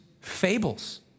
fables